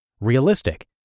Realistic